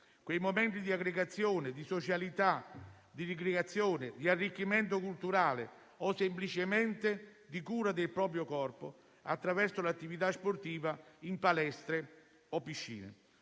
quei momenti di aggregazione, di socialità, di ricreazione, di arricchimento culturale o semplicemente di cura del proprio corpo attraverso le attività sportive in palestre o piscine.